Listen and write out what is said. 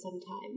sometime